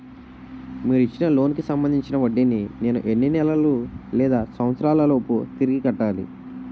మీరు ఇచ్చిన లోన్ కి సంబందించిన వడ్డీని నేను ఎన్ని నెలలు లేదా సంవత్సరాలలోపు తిరిగి కట్టాలి?